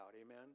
Amen